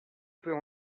peut